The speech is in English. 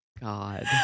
God